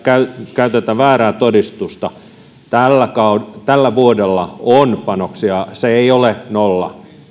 käytetä väärää todistusta tällä vuodella on panoksia se ei ole nolla